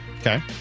Okay